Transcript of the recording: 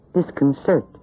disconcert